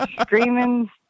Screaming